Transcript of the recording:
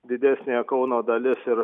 didesnė kauno dalis ir